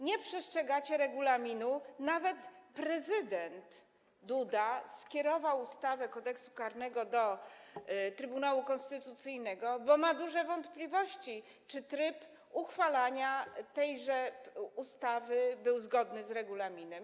Nie przestrzegacie regulaminu, prezydent Duda skierował ustawę Kodeks karny do Trybunału Konstytucyjnego, bo ma duże wątpliwości, czy tryb uchwalenia tejże ustawy był zgodny z regulaminem.